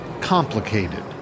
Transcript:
complicated